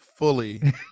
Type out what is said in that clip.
Fully